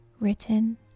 written